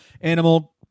animal